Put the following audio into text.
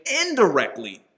indirectly